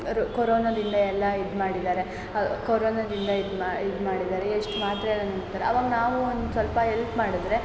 ರು ಕೊರೋನಾದಿಂದ ಎಲ್ಲ ಇದು ಮಾಡಿದ್ದಾರೆ ಕೊರೋನಾದಿಂದ ಇದು ಮಾ ಇದು ಮಾಡಿದ್ದಾರೆ ಎಷ್ಟು ಮಾತ್ರೆಯೆಲ್ಲ ನುಂಗ್ತಾರೆ ಅವಾಗ ನಾವೂ ಒಂದು ಸ್ವಲ್ಪ ಎಲ್ಪ್ ಮಾಡಿದ್ರೆ